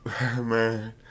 Man